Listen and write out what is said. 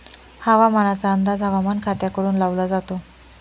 हवामानाचा अंदाज हवामान खात्याकडून लावला जातो